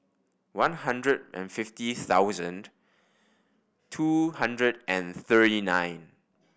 one hundred and fifty thousand two hundred and thirty nine